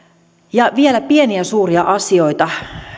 vielä pieniä suuria asioita